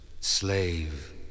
slave